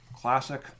Classic